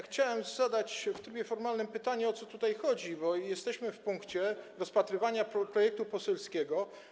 Chciałem zadać w trybie formalnym pytanie, o co tutaj chodzi, bo jesteśmy w trakcie rozpatrywania projektu poselskiego.